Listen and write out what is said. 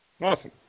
Awesome